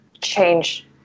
change